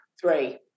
Three